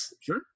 sure